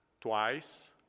twice